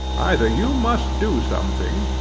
either you must do something,